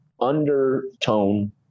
undertone